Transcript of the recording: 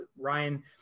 Ryan